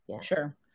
sure